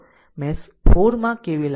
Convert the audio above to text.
mesh 4 માં KVL લાગુ કરો